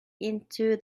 into